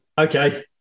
Okay